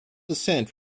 ascent